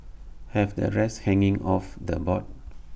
have the rest hanging off the board